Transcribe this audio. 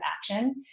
action